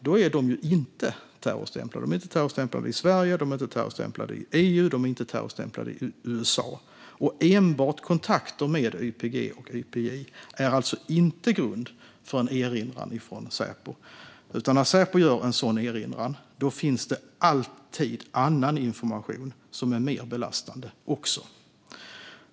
De är inte terrorstämplade vare sig i Sverige, EU eller USA. Enbart kontakter med YPG/YPJ är alltså inte grund för en erinran från Säpo, utan när Säpo gör en sådan erinran finns det alltid även annan information som är mer belastande.